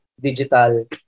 Digital